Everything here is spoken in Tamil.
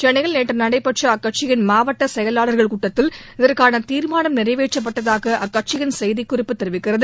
சென்னையில் நேற்று நடைபெற்ற அக்கட்சியின் மாவட்ட செயலாளா்கள் கூட்டத்தில் இதற்கான தீாமானம் நிறைவேற்றப்பட்டதாக அக்கட்சியின் செய்திக்குறிப்பு தெரிவிக்கிறது